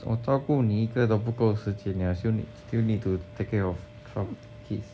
我照顾你一个都不够时间 liao still need still need to take care of twelve kids